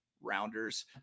Rounders